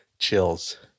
chills